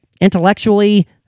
intellectually